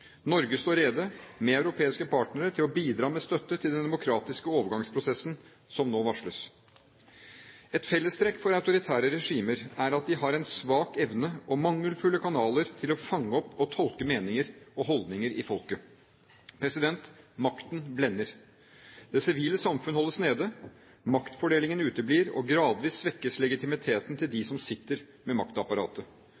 Norge står rede, med europeiske partnere, til å bidra med støtte til den demokratiske overgangsprosessen som nå varsles. Et fellestrekk for autoritære regimer er at de har en svak evne og mangelfulle kanaler til å fange opp og tolke meninger og holdninger i folket. Makten blender. Det sivile samfunn holdes nede. Maktfordelingen uteblir, og gradvis svekkes legitimiteten til